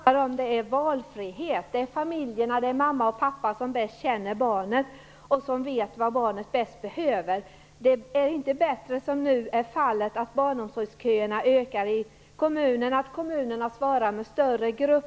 Fru talman! Vad jag talar om är valfrihet. Det är familjerna, mamma och pappa, som bäst känner barnen och vet vad barnen bäst behöver. Det är inte bättre att, som nu är fallet, barnomsorgsköerna ökar i kommunerna och att kommunerna svarar med större barngrupper.